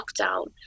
lockdown